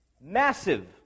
massive